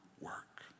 work